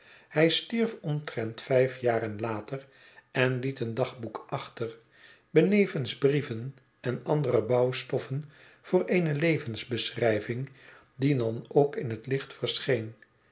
hij stierf omtrent vijf jaren later en liet een dagboek achter benevens brieven en andere bouwstoffen voor eene levensbeschrijving die dan ook in het licht verscheen